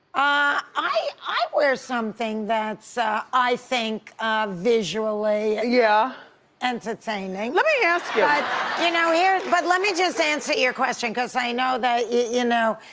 ah i wear something that's i think visually yeah entertaining. lemme yeah ask yeah but you know but let me just answer your question, cause i know that you know,